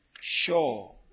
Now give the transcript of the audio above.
sure